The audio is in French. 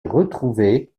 retrouvée